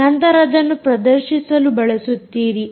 ನಂತರ ಅದನ್ನು ಪ್ರದರ್ಶಿಸಲು ಬಳಸುತ್ತೀರಿ